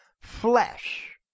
flesh